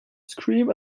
scream